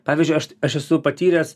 pavyzdžiui aš aš esu patyręs